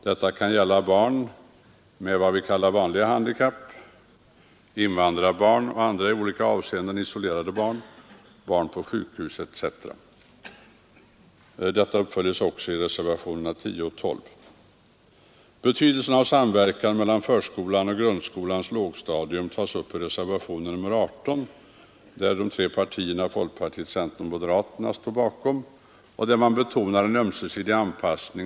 Detta kan gälla barn med vad vi kallar ”vanliga handikapp”, invandrarbarn och andra i olika avseenden isolerade barn, barn på sjukhus etc. Dessa krav uppföljs också i reservationerna 10 och 12. Betydelsen av samverkan mellan förskolan och grundskolans lågstadium tas upp i reservationen 18. Bakom den reservationen står folkpartiet, centern och moderaterna, och i den betonas vikten av en ömsesidig anpassning.